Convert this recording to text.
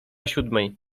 siódmej